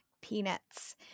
Peanuts